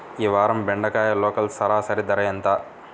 ఈ వారం బెండకాయ లోకల్ సరాసరి ధర ఎంత?